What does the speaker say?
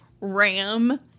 Ram